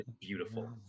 beautiful